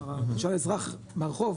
כלומר אתה שואל אזרח מהרחוב,